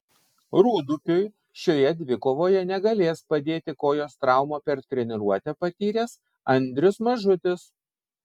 rūdupiui šioje dvikovoje negalės padėti kojos traumą per treniruotę patyręs andrius mažutis